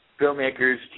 filmmakers